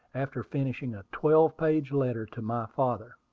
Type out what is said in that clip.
after finishing a twelve-page letter to my father.